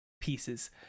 pieces